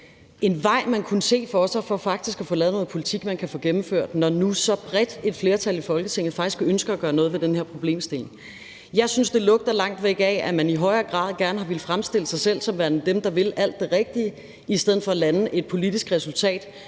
en vej, man kunne se for sig for faktisk at få lavet noget politik, man kan få gennemført, når nu så bredt et flertal i Folketinget faktisk ønsker at gøre noget ved den her problemstilling. Jeg synes, det lugter langt væk af, at man i højere grad gerne har villet fremstille sig selv som værende dem, der vil alt det rigtige, i stedet for at lande et politisk resultat,